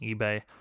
eBay